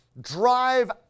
drive